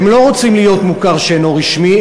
הם לא רוצים להיות מוכר שאינו רשמי,